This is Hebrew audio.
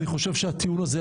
אני חושב שהטיעון הזה,